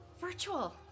Virtual